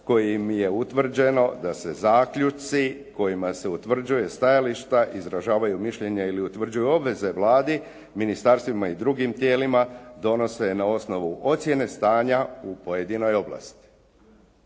kojim je utvrđeno da se zaključci kojima se utvrđuju stajališta izražavaju mišljenja ili utvrđuju obveze Vladi, ministarstvima i drugim tijelima, donose na osnovu ocjene stanja u pojedinoj ovlasti.